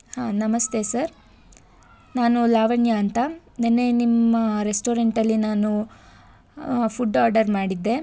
ಹಾಂ ನಮಸ್ತೆ ಸರ್ ನಾನು ಲಾವಣ್ಯ ಅಂತ ನಿನ್ನೆ ನಿಮ್ಮ ರೆಸ್ಟೋರೆಂಟಲ್ಲಿ ನಾನು ಫುಡ್ ಆರ್ಡರ್ ಮಾಡಿದ್ದೆ